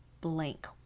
blank